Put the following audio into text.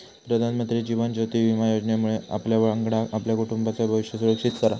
प्रधानमंत्री जीवन ज्योति विमा योजनेमुळे आपल्यावांगडा आपल्या कुटुंबाचाय भविष्य सुरक्षित करा